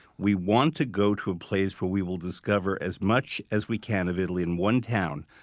we want to go to a place where we will discover as much as we can of italy in one town,